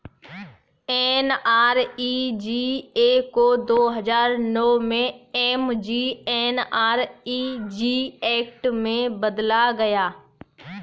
NREGA को दो हजार नौ में एम.जी.एन.आर.इ.जी एक्ट में बदला गया